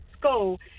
school